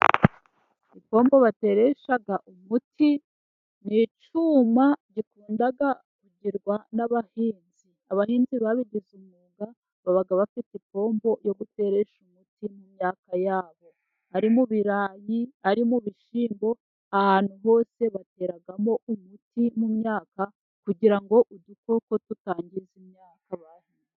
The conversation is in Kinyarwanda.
Ipoombo bateresha umuti ni icyuma gikunda kugirwa nabahinzi, abahinzi babigize umwuga, baba bafite ipombo yo guteresha umuti mu myaka yabo, ari mu birayi, ari mu bishyimbo, ahantu hose bateramo umuti mu myaka, kugira ngo udukoko tutangiza imyaka yabo.